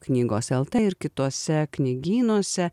knygos lt ir kituose knygynuose